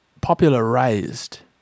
popularized